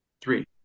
Three